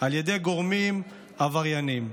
על ידי גורמים עברייניים,